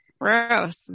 Gross